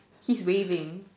his waving